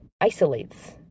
isolates